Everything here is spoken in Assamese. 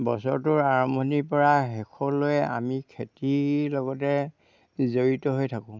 বছৰটোৰ আৰম্ভণিৰপৰা শেষলৈ আমি খেতিৰ লগতে জড়িত হৈ থাকোঁ